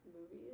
movies